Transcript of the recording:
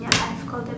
ya I scold them